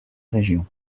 région